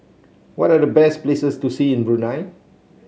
what are the best places to see in Brunei